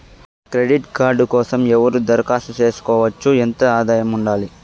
Credit card కోసం ఎవరు దరఖాస్తు చేసుకోవచ్చు? ఎంత ఆదాయం ఉండాలి?